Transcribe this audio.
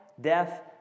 death